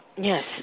Yes